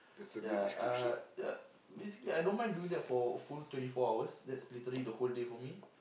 ya uh uh basically I don't mind doing that for full twenty four hours that's literally the whole day for me